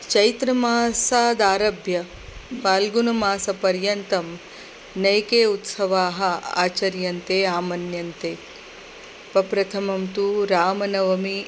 चैत्रमासादारभ्य फाल्गुनमासपर्यन्तं अनेके उत्सवाः आचर्यन्ते आमन्यन्ते प्रप्रथमं तु रामनवमी